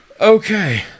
Okay